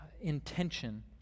intention